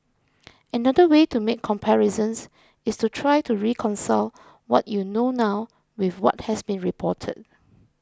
another way to make comparisons is to try to reconcile what you know now with what has been reported